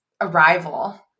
arrival